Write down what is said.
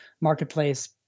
marketplace